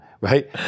Right